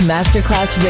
Masterclass